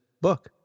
book